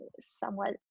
somewhat